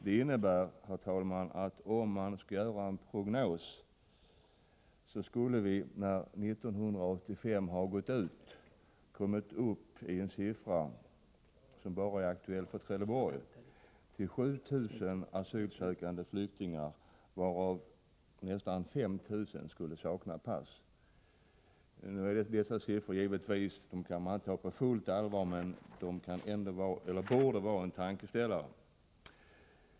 Detta skulle, herr talman, om man gjorde en prognos, visa sig innebära att vi när 1985 gått ut har kommit upp i en siffra enbart för Trelleborg på 7 000 asylsökande, varav nästan 5 000 skulle sakna pass. Nu kan man givetvis inte ta dessa siffror för gott, men detta borde ändå vara en tankeställare.